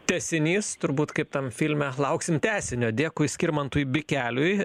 tęsinys turbūt kaip tam filme lauksim tęsinio dėkui skirmantui bikeliui